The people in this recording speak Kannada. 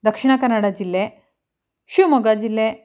ದಕ್ಷಿಣ ಕನ್ನಡ ಜಿಲ್ಲೆ ಶಿವಮೊಗ್ಗ ಜಿಲ್ಲೆ